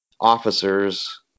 officers